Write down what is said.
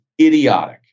idiotic